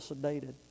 sedated